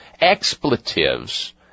expletives